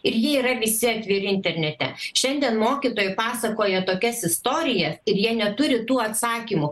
ir jie yra visi atviri internete šiandien mokytojai pasakoja tokias istorijas ir jie neturi tų atsakymų